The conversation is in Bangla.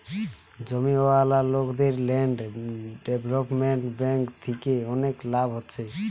জমিওয়ালা লোকদের ল্যান্ড ডেভেলপমেন্ট বেঙ্ক থিকে অনেক লাভ হচ্ছে